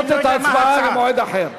לדחות את ההצבעה למועד אחר.